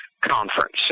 conference